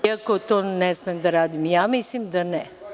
Iako to ne smem da radim, ja mislim da ne.